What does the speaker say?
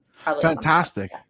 Fantastic